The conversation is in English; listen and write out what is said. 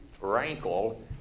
rankle